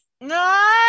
No